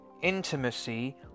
intimacy